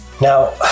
now